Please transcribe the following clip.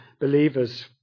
believers